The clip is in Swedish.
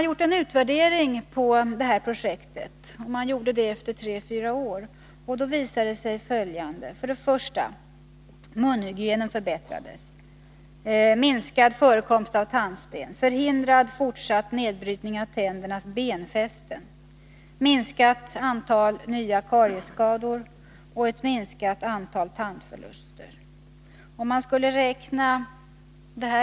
Vid en utvärdering som gjordes efter tre fyra års verksamhet visade sig följande: förbättrad munhygien, minskad förekomst av tandsten, förhindrad fortsatt nedbrytning av tändernas benfästen, minskat antal nya kariesskador och ett minskat antal tandförluster.